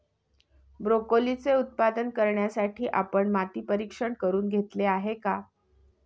ब्रोकोलीचे उत्पादन करण्यासाठी आपण माती परीक्षण करुन घेतले आहे का?